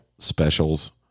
specials